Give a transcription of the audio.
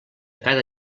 cada